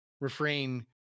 refrain